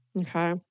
Okay